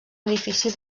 edifici